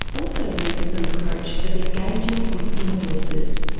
also uses an approach of engaging with inner voices,